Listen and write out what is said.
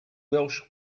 welsh